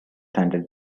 handed